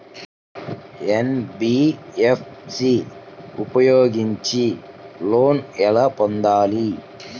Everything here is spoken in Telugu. ఎన్.బీ.ఎఫ్.సి ఉపయోగించి లోన్ ఎలా పొందాలి?